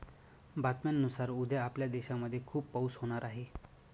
बातम्यांनुसार उद्या आपल्या देशामध्ये खूप पाऊस होणार आहे